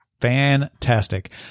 Fantastic